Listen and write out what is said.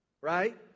right